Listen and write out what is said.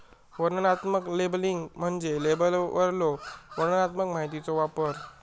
वर्णनात्मक लेबलिंग म्हणजे लेबलवरलो वर्णनात्मक माहितीचो वापर